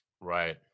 Right